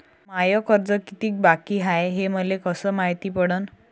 माय कर्ज कितीक बाकी हाय, हे मले कस मायती पडन?